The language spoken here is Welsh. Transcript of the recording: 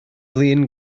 flin